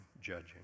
judging